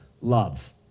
love